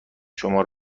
شما